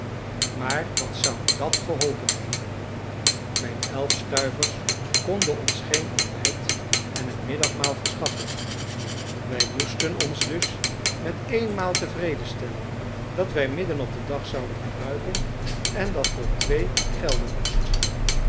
maar wat zou dat geholpen hebben mijn elf stuivers konden ons geen ontbijt en een middagmaal verschaffen wij moesten ons dus met één maal tevreden stellen dat wij middenop den dag zouden gebruiken en dat voor twee gelden moest